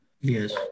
Yes